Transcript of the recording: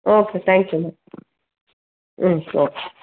okay thank you madam okay